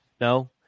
no